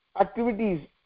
activities